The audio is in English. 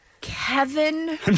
Kevin